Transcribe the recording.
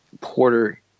Porter